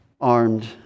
armed